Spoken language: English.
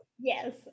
Yes